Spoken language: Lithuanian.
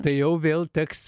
tai jau vėl teks